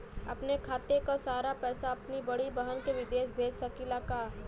अपने खाते क सारा पैसा अपने बड़ी बहिन के विदेश भेज सकीला का?